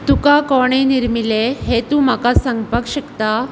तुका कोणें निर्मिलें हें तूं म्हाका सांगपाक शकता